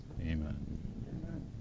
Amen